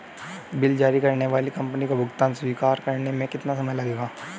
Bill जारी करने वाली कंपनी को भुगतान स्वीकार करने में कितना समय लगेगा?